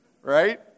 Right